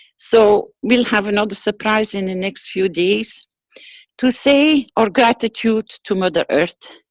so, we'll have another surprise in the next few days to say our gratitude to mother earth.